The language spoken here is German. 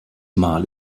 mal